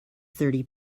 thirty